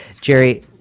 Jerry